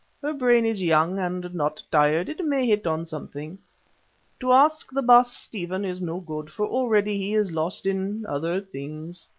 her brain is young and not tired, it may hit on something to ask the baas stephen is no good, for already he is lost in other things,